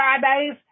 Fridays